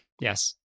Yes